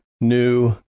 new